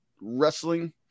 wrestling